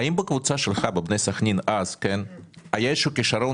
האם בקבוצה שלך בבני סכנין אז היה איזשהו כישרון